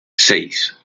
seis